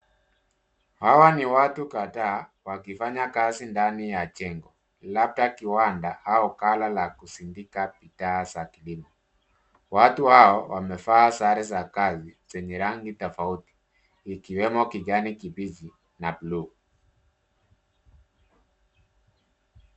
Hawa ni watu kadhaa wakifanya kazi ndani ya jengo, labda kiwanda au ghala la kusindika bidhaa za kilimo. Watu hao wamevaa sare za kazi zenye rangi tofauti, ikiwemo kijani kibichi na bluu.